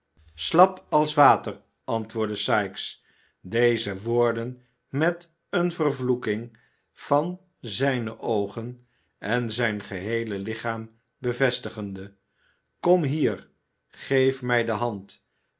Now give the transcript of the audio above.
slap als water antwoordde sikes deze woorden met een vervloeking van zijne oogen en zijn geheele lichaam bevestigende kom hier geef mij de hand